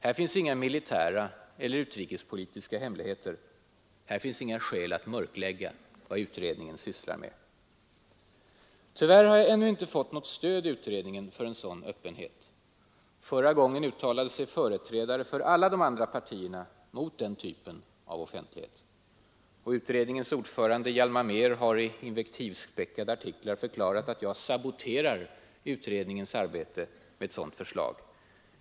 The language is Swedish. Här finns inga militära eller utrikespolitiska hemligheter. Här finns inga skäl att mörklägga vad utredningen sysslar med. Tyvärr har jag ännu inte fått något stöd i utredningen för en sådan öppenhet. Förra gången uttalade sig företrädare för alla de andra partierna mot den typen av offentlighet. Utredningens ordförande, Hjalmar Mehr, har i invektivspäckade artiklar förklarat att jag ”saboterar” utredningen med ett sådant förslag.